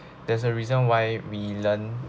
there's a reason why we learn